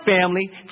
family